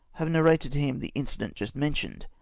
have narrated to him the incident just men tioned,